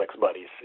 buddies